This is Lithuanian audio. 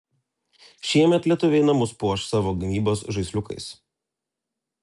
šiemet lietuviai namus puoš savos gamybos žaisliukais